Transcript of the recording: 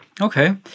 Okay